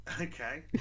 Okay